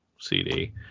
CD